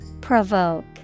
Provoke